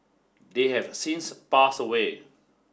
they have since pass away